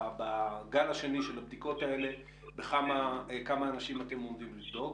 בגל השני של הבדיקות האלה כמה אנשים אתם עומדים לבדוק?